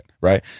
right